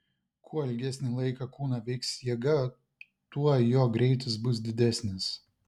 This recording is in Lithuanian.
kuo ilgesnį laiką kūną veiks jėga tuo jo greitis bus didesnis